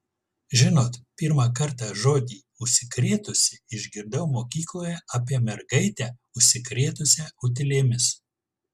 žinot pirmą kartą žodį užsikrėtusi išgirdau mokykloje apie mergaitę užsikrėtusią utėlėmis